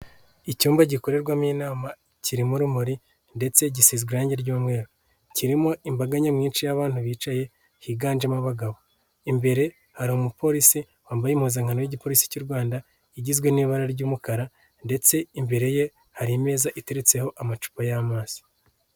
Icyumba gikorerwamo inama kirimo urumuri ndetse gisizwe irangi ry'umweru, kirimo imbaga nyamwinshi y'abantu bicaye higanjemo abagabo, imbere hari umupolisi wambaye impuzankano y'igipolisi cy'u Rwanda igizwe n'ibara ry'umukara ndetse imbere ye hari imeza iteretseho amacupa y'amazi.